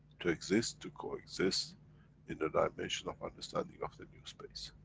to exist, to coexist in the dimension of understanding of the new space.